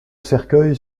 cercueil